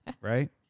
Right